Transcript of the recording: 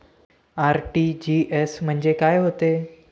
RTGS म्हंजे काय होते?